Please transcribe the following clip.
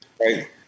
Right